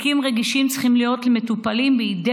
תיקים רגישים צריכים להיות מטופלים בידי